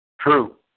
True